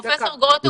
פרופ' גרוטו?